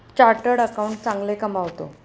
chartered accountant चांगले कमावतो